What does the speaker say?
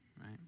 right